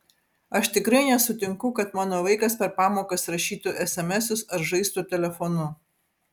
aš tikrai nesutinku kad mano vaikas per pamokas rašytų esemesus ar žaistų telefonu